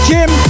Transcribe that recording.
Jim